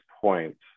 point